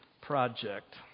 project